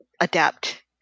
adapt